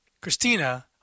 Christina